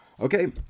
Okay